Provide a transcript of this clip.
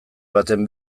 baten